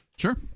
Sure